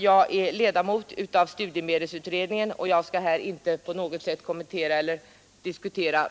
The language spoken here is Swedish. Jag är ledamot av studiemedelsutredningen och skall här Återbeta FEIISIGR inte på något sätt kommentera dess arbete.